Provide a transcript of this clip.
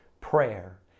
prayer